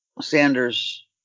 Sanders